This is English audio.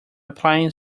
applying